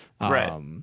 Right